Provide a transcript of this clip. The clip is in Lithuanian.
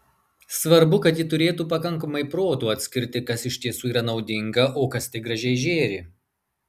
svarbu kad ji turėtų pakankamai proto atskirti kas iš tiesų yra naudinga o kas tik gražiai žėri